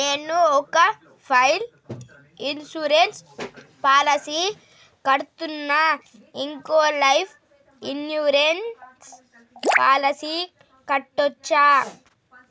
నేను ఒక life insurance policy కడ్తున్నా, ఇంకో లైఫ్ ఇన్సూరెన్స్ పాలసీ కట్టొచ్చా?